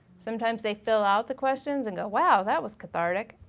sometimes they fill out the questions and go wow, that was cathartic,